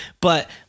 But-